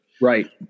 Right